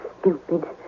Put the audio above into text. Stupid